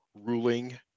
ruling